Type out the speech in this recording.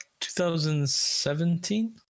2017